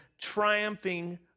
triumphing